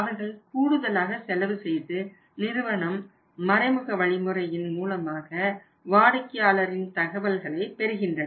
அவர்கள் கூடுதலாக செலவு செய்து நிறுவனம் மறைமுக வழிமுறையின் மூலமாக வாடிக்கையாளர் தகவல்களை பெறுகின்றன